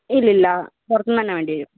ഇല്ലില്ല പുറത്തുനിന്നുതന്നെ വേണ്ടിവരും